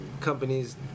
companies